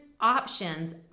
options